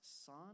son